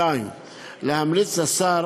2. להמליץ לשר